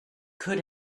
could